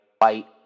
White